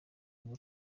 ngo